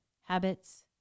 habits